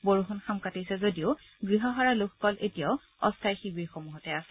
বৰষুণ সাম কাটিছে যদিও গৃহহাৰা লোকসকল এতিয়াও অস্থায়ী শিৱিৰসমূহতে আছে